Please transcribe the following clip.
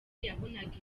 yabonaga